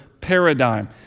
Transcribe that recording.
paradigm